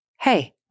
Hey